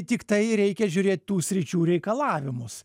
tiktai reikia žiūrėt tų sričių reikalavimus